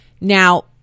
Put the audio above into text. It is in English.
Now